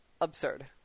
absurd